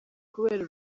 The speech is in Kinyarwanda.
kubera